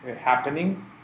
happening